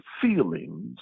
feelings